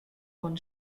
von